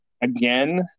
again